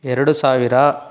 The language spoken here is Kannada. ಎರಡು ಸಾವಿರ